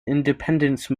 independence